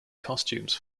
costumes